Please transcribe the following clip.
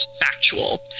factual